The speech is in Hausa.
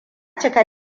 cika